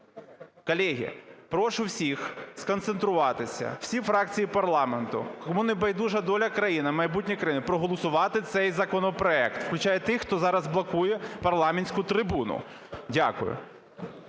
Колеги, прошу всіх сконцентруватися, всі фракції парламенту, кому небайдужа доля країни, майбутнє країни, проголосувати цей законопроект, включаючи тих, хто зараз блокує парламентську трибуну. Дякую.